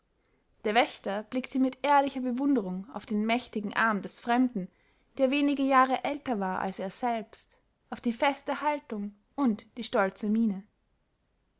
der wächter blickte mit ehrlicher bewunderung auf den mächtigen arm des fremden der wenige jahre älter war als er selbst auf die feste haltung und die stolze miene